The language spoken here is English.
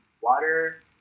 water